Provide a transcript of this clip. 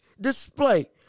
display